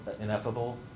ineffable